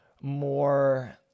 more